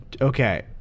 Okay